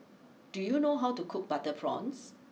do you know how to cook Butter Prawns